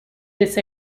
this